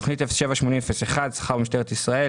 תוכנית 07-80-01 שכר משטרת ישראל